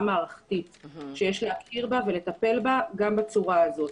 מערכתית שיש להכיר בה ולטפל בה בצורה הזאת.